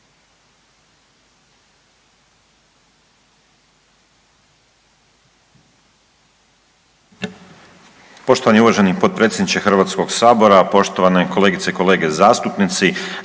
Poštovani potpredsjedniče HS-a, poštovane kolegice i kolege zastupnici